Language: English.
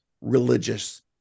religious